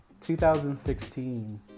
2016